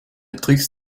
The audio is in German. tricks